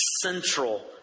central